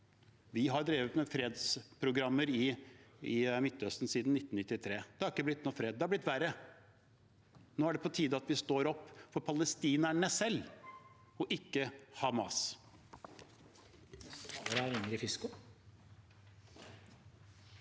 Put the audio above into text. Vi har drevet med fredsprogrammer i Midtøsten siden 1993. Det har ikke blitt noen fred – det har blitt verre. Nå er det på tide at vi står opp for palestinerne selv og ikke for Hamas.